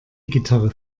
gitarre